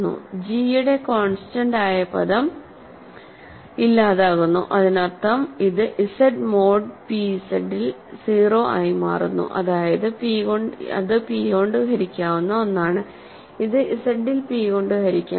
g യുടെ constant ആയ പദം ഇല്ലാതാകുന്നു അതിനർത്ഥം ഇത് Z mod p Z ൽ 0 ആയി മാറുന്നു അതായത് ഇത് p കൊണ്ട് ഹരിക്കാവുന്ന ഒന്നാണ് ഇത് Z ൽ p കൊണ്ട് ഹരിക്കാം